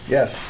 Yes